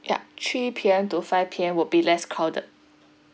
yup three P_M to five P_M will be less crowded